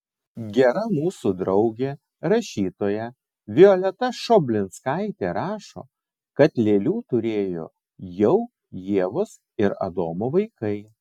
gera mūsų draugė rašytoja violeta šoblinskaitė rašo kad lėlių turėjo jau ievos ir adomo vaikai